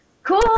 cool